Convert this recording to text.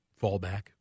fallback